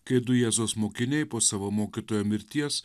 kai du jėzaus mokiniai po savo mokytojo mirties